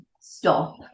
stop